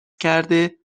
کرده